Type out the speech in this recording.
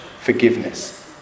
forgiveness